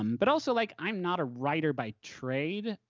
um but also, like i'm not a writer by trade.